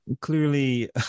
clearly